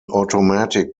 automatic